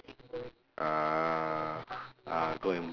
uhh uh go and